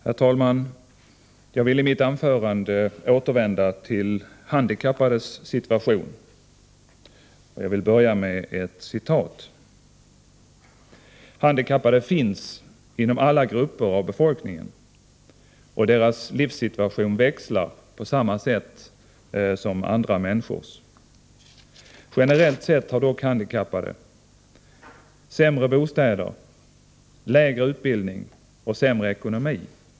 Herr talman! Jag vill i mitt anförande återvända till handikappades situation, och jag vill börja med ett citat: ”Handikappade finns inom alla grupper av befolkningen, och deras livssituation växlar på samma sätt som andra människors. Generellt sett har dock handikappade sämre bostäder, lägre utbildning och sämre ekonomi.